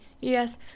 yes